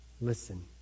listen